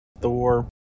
Thor